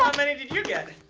um many did you get?